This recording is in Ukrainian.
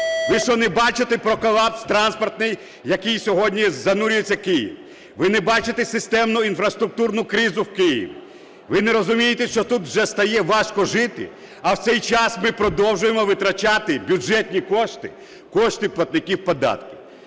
Ви що, не бачите колапс транспортний, в який сьогодні занурюється Київ? Ви не бачите системну інфраструктурну кризу в Києві? Ви не розумієте, що тут вже стає важко жити? А в цей час ми продовжуємо витрачати бюджетні кошти – кошти платників податків.